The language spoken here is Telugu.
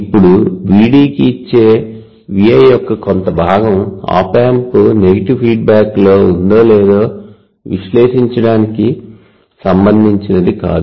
ఇప్పుడు Vd కి వచ్చే V i యొక్క కొంత భాగం ఆప్ ఆంప్ నెగటివ్ ఫీడ్బ్యాక్లో ఉందో లేదో విశ్లేషించడానికి సంబంధించినది కాదు